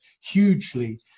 hugely